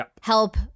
help